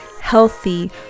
healthy